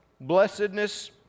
Blessedness